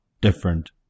different